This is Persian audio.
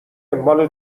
مال